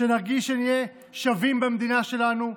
שנרגיש שנהיה שווים במדינה שלנו,